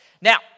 Now